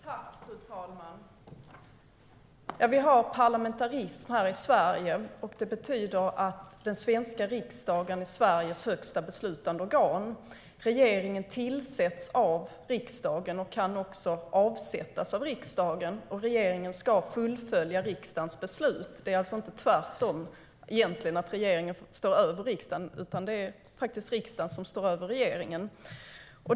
Fru talman! Vi har parlamentarism här i Sverige. Det betyder att den svenska riksdagen är Sveriges högsta beslutande organ. Regeringen tillsätts av riksdagen och kan också avsättas av riksdagen, och regeringen ska fullfölja riksdagens beslut. Det är alltså inte tvärtom, att regeringen står över riksdagen, utan det är faktiskt riksdagen som står över regeringen.